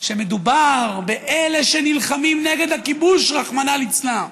שמדובר באלה שנלחמים נגד הכיבוש, רחמנא ליצלן.